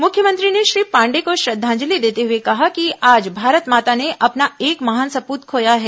मुख्यमंत्री ने श्री पांडेय को श्रद्धांजलि देते हुए कहा कि आज भारत माता ने अपना एक महान सपूत खोया है